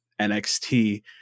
NXT